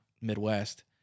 Midwest